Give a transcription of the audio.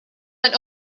went